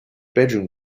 bedroom